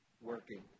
working